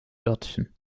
örtchen